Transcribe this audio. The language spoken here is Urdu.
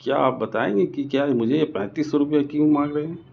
کیا آپ بتائیں گے کی کیا مجھے یہ پینتیس سو روپپہ کیوں مانگ رہے ہیں